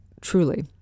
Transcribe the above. truly